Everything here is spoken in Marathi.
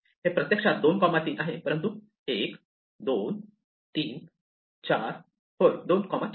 हे प्रत्यक्षात 2 3 आहे परंतु 1 2 3 4 होय 24